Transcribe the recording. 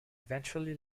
eventually